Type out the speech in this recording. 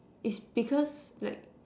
it's because like